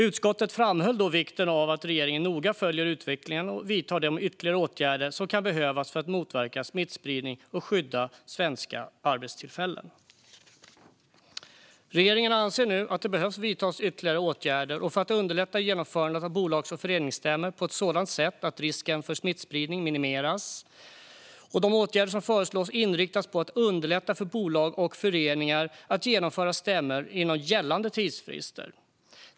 Utskottet framhöll då vikten av att regeringen noga följer utvecklingen och vidtar de ytterligare åtgärder som kan behövas för att motverka smittspridning och skydda svenska arbetstillfällen. Regeringen anser nu att det behöver vidtas ytterligare åtgärder för att underlätta genomförandet av bolags och föreningsstämmor på ett sådant sätt att risken för smittspridning minimeras. De åtgärder som föreslås inriktas på att underlätta för bolag och föreningar att genomföra stämmor inom gällande tidsfrister.